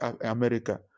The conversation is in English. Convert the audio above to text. America